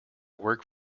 work